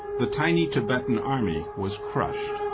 the tiny tibetan army was crushed.